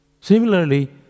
Similarly